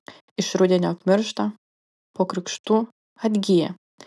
iš rudenio apmiršta po krikštų atgyja